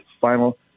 final